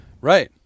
Right